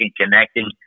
connecting